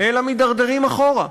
אלא מידרדרים אחורה.